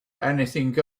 anything